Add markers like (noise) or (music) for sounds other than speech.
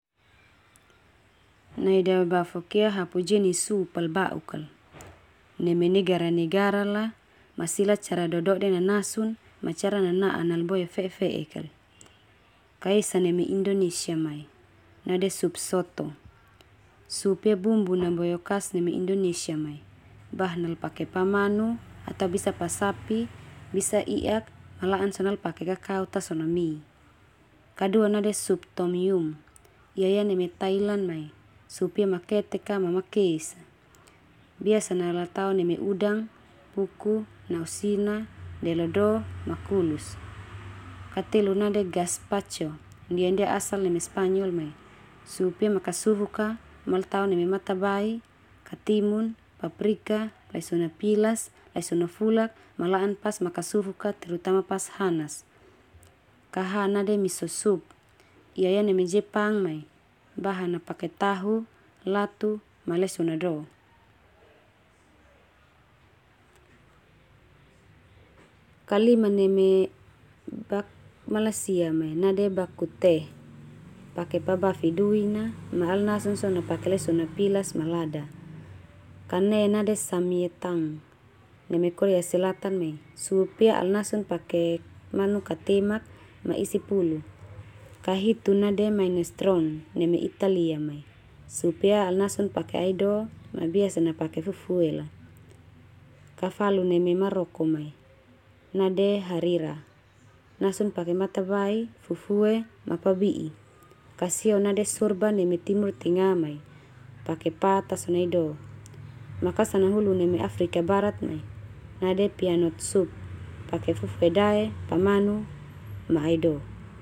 Nai daebafok ia hapu jenis sup al bau'k kal. Neme negara-negara la, ma sila cara dodode nanasun, ma cara nana'an na la boe o fe'e-fe'ek kal. Ka esa neme Indonesia mai, nade sup soto. Sub ia bumbu na boe o khas neme Indonesia mai, bahan al pake pa manu, atau bisa pa sapi, bisa i'ak, ma la'an son na al pake kakau ta son na mi. Kadua nade sup tom yum, ia ia neme Thailand mai, sup ia maketek ka ma makes, biasa na al tao neme udang, puku, nau sina, delo do, ma kulus. (noise) Ka telu nade Gaz pacho Ndia ndia asal neme spanyol mai, sup ia makasufuk a ma al tao neme matabai, katimun, paprika, laisona pilas, laisona fulak ma la'an pas makasufuk aw terutama pas hanas. Ka ha nade Miso sup, ia ia neme Jepang mai, bahan na pake tahu, latu, ma laisona do. Ka lima neme Malaysia mai, nade Bak kut teh pake pa bafi duin na, ma al nasun pake laisona pilas no lada. Ka ne nade Samyetang, neme Korea Selatan mai. Sup ia al nasun pake manu katemak, ma isi pulu. Ka hitu, Minestrone neme Italia mai, sup ia al nasun pake aido, ma biasa na pake fufue la. Ka falu neme Maroko mai, nade harira. Nasun pake matabai, fufue, ma pa bi'i. Ka sio nade Shorba neme Timur tengah mai, pake pa tasona aido. Ma ka sanahulu neme Afrika Barat mai, nade peanut sup, pake fufuedae, pa manu, ma aido.